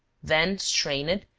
then strain it,